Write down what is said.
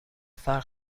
فقر